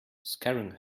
scaring